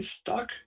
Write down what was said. stuck